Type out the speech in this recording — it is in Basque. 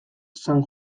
san